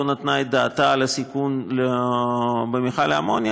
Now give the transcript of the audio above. נתנה את דעתה על הסיכון במכל האמוניה,